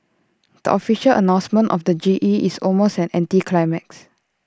the official announcement of the G E is almost an anticlimax